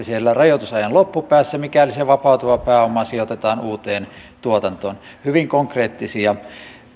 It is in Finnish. siellä rajoitusajan loppupäässä mikäli se vapautuva pääoma sijoitetaan uuteen tuotantoon hyvin konkreettisia